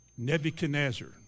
Nebuchadnezzar